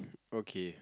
okay